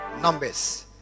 Numbers